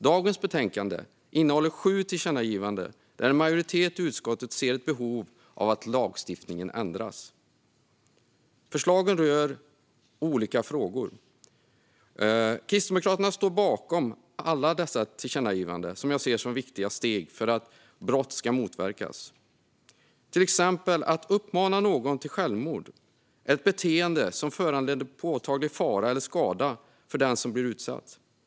Dagens betänkande innehåller förslag på sju tillkännagivanden där en majoritet i utskottet ser ett behov av att lagstiftningen ändras. Förslagen rör olika frågor. Kristdemokraterna står bakom alla dessa tillkännagivanden. Jag ser dem som viktiga steg för att brott ska motverkas. Att uppmana någon till självmord är exempelvis ett beteende som föranleder påtaglig fara eller skada för den som blir utsatt.